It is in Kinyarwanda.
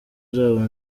nzaba